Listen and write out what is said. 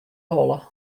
holle